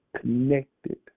connected